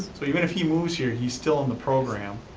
so even if he moves here, he's still in the program,